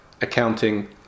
accounting